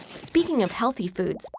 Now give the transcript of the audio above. speaking of healthy foods,